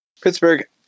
Pittsburgh